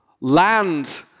land